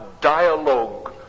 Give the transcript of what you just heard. dialogue